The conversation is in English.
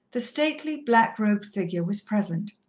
the stately black-robed figure was present.